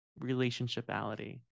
relationshipality